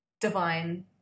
divine